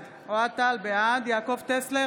בעד יעקב טסלר,